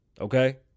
Okay